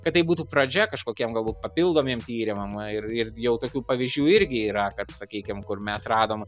kad tai būtų pradžia kažkokiem galbūt papildomiem tyrimam ir ir jau tokių pavyzdžių irgi yra kad sakykim kur mes radom